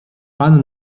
pan